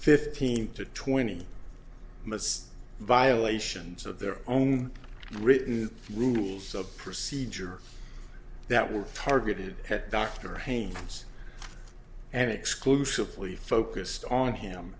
fifteen to twenty minutes violations of their own written rules of procedure that were targeted at dr haines and exclusively focused on him